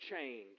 change